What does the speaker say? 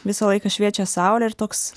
visą laiką šviečia saulė ir toks